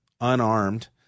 unarmed